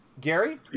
Gary